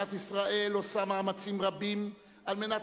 מדינת ישראל עושה מאמצים רבים על מנת